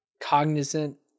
cognizant